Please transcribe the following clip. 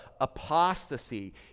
apostasy